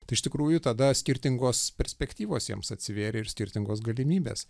tai iš tikrųjų tada skirtingos perspektyvos jiems atsivėrė ir skirtingos galimybės